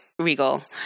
regal